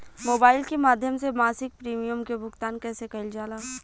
Mobile के माध्यम से मासिक प्रीमियम के भुगतान कैसे कइल जाला?